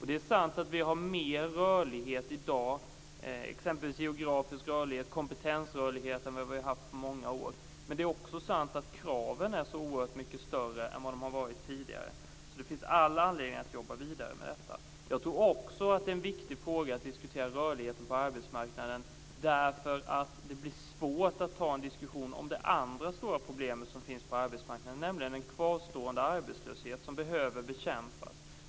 Det är sant att vi har mer rörlighet i dag - exempelvis geografisk rörlighet och kompetensrörlighet - än vad vi har haft på många år. Men det är också sant att kraven är så oerhört mycket större än vad de har varit tidigare. Det finns all anledning att jobba vidare med detta. Jag tror också att det är viktigt att diskutera rörligheten på arbetsmarknaden därför att det blir svårt att ta en diskussion om det andra stora problem som finns på arbetsmarknaden, nämligen en kvarstående arbetslöshet som behöver bekämpas.